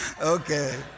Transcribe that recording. Okay